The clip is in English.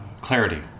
clarity